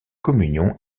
communion